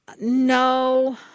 No